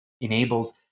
enables